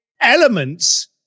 elements